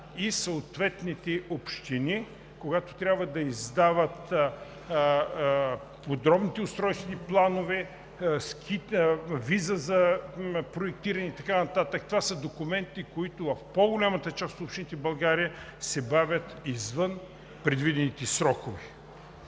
и съответните общини, когато трябва да издават подробните устройствени планове, виза за проектиране и така нататък. Това са документи, които в по-голямата част от общините в България се бавят извън предвидените срокове.